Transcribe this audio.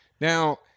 Now